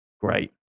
Great